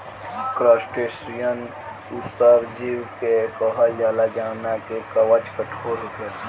crustacean उ सब जीव के कहल जाला जवना के कवच कठोर होखेला